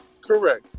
correct